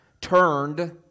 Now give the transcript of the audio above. turned